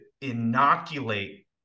inoculate